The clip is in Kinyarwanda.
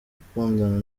gukundana